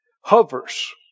Hovers